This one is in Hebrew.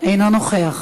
אינו נוכח,